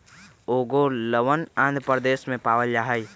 ओंगोलवन आंध्र प्रदेश में पावल जाहई